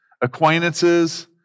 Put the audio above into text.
acquaintances